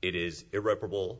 it is irreparable